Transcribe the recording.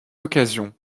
occasion